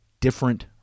different